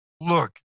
look